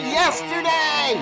yesterday